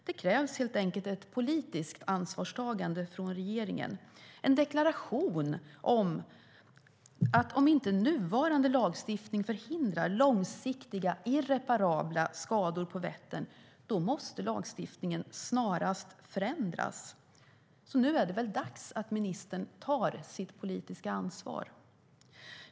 Det krävs helt enkelt ett politiskt ansvarstagande från regeringen och en deklaration om att lagstiftningen snarast måste förändras om inte nuvarande lagstiftning förhindrar långsiktiga irreparabla skador på Vättern. Nu är det dags att ministern tar sitt politiska ansvar.